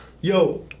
Yo